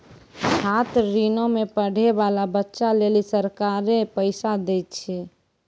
छात्र ऋणो मे पढ़ै बाला बच्चा लेली सरकारें पैसा दै छै